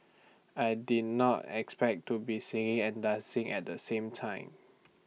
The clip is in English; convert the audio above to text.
I did not expect to be singing and dancing at the same time